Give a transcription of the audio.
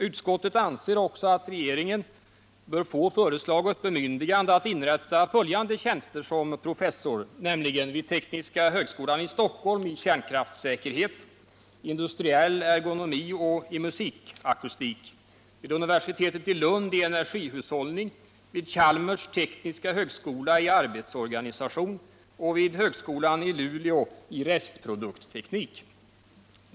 Utskottet anser också att regeringen bör få föreslaget bemyndigande att inrätta följande tjänster som professor, nämligen vid Tekniska högskolan i Stockholm i kärnkraftssäkerhet, i industriell ergonomi och i musikakustik, vid universitetet i Lund i energihushållning, vid Chalmers tekniska högskola i arbetsorganisation och vid högskolan i Luleå i restproduktteknik.